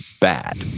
bad